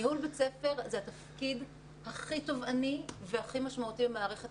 ניהול בית ספר זה התפקיד הכי תובעני והכי משמעותי במערכת